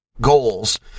goals